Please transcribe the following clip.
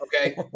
okay